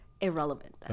irrelevant